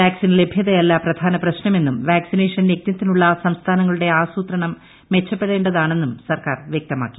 vaccine ലഭ്യതയല്ല പ്രധാന പ്രശ്നമെന്നും വാക്സിനേഷൻ യജ്ഞത്തിനുളള സംസ്ഥാനങ്ങളുടെ ആസൂത്രണം മെച്ചപ്പെടേണ്ടതാണെന്നും സർക്കാർ വ്യക്തമാക്കി